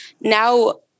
Now